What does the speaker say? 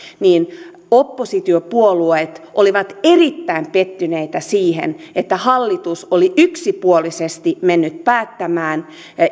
niin oppositiopuolueet olivat erittäin pettyneitä siihen että hallitus oli yksipuolisesti mennyt päättämään